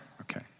Okay